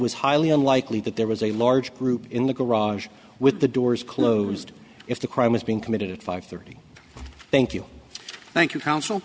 was highly unlikely that there was a large group in the garage with the doors closed if the crime was being committed at five thirty thank you thank you